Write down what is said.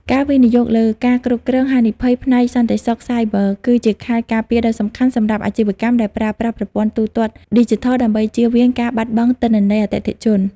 ការវិនិយោគលើ ការគ្រប់គ្រងហានិភ័យ ផ្នែកសន្តិសុខសាយប័រ គឺជាខែលការពារដ៏សំខាន់សម្រាប់អាជីវកម្មដែលប្រើប្រាស់ប្រព័ន្ធទូទាត់ឌីជីថល ដើម្បីជៀសវាងការបាត់បង់ទិន្នន័យអតិថិជន។